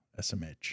SMH